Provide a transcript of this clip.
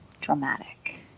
dramatic